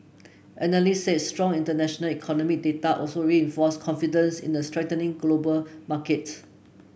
analysts said strong international economic data also reinforced confidence in a strengthening global market